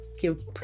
give